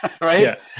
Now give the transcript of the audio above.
right